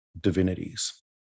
divinities